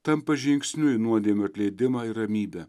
tampa žingsniu į nuodėmių atleidimą ir ramybę